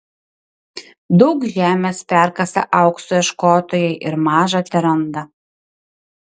daug žemės perkasa aukso ieškotojai ir maža teranda